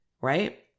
right